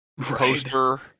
Poster